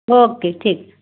okay ठीक